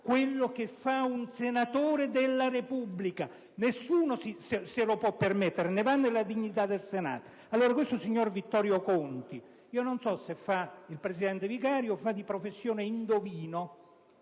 iniziative di un senatore della Repubblica: nessuno se lo può permettere, ne va della dignità del Senato. Non so se questo signor Vittorio Conti fa il presidente vicario o fa di professione l'indovino.